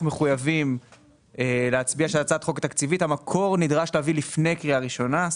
מחויבים בהצעה תקציבית להביא את המקור לפני קריאה ראשונה,